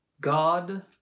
God